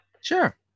Sure